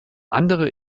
andere